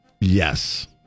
Yes